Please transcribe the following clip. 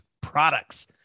products